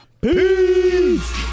Peace